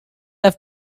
have